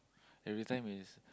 everytime is